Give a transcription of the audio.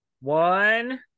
one